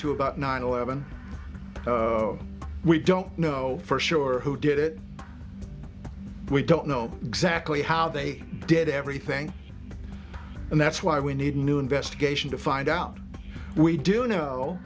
to about nine eleven we don't know for sure who did it we don't know exactly how they did everything and that's why we need a new investigation to find out we do know